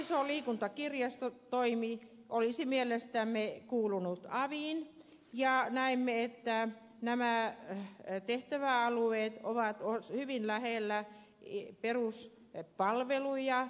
nuoriso liikunta ja kirjastotoimi olisivat mielestämme kuuluneet aviin ja näemme että nämä tehtäväalueet ovat hyvin lähellä peruspalveluja